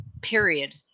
period